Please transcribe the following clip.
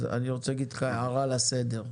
אני רוצה להגיד לך הערה לסדר.